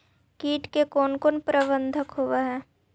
किट के कोन कोन प्रबंधक होब हइ?